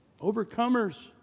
Overcomers